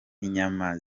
inyama